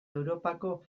europako